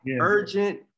urgent